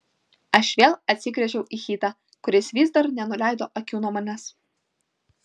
aš vėl atsigręžiau į hitą kuris vis dar nenuleido akių nuo manęs